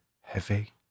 heavy